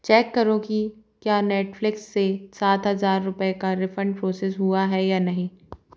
check करो की क्या नेटफ्लिक्स से सात हज़ार रुपये का रिफंड प्रोसेस हुआ है या नहीं